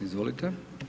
Izvolite.